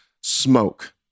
smoke